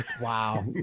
Wow